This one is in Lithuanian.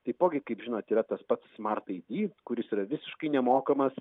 taipogi kaip žinote yra tas pats smart ai di kuris yra visiškai nemokamas